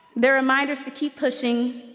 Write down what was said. their reminders to keep pushing,